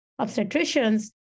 obstetricians